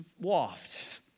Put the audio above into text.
waft